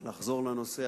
אני אחזור לנושא.